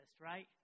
right